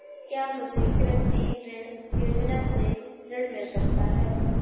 क्या मुझे कृषि ऋण योजना से ऋण मिल सकता है?